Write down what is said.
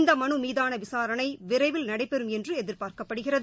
இந்த மனு மீதான விசாரணை விரைவில் நடைபெறும் என்று எதிர்பார்க்கப்படுகிறது